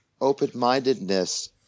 open-mindedness